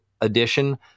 edition